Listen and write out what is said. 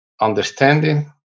understanding